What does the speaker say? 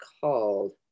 called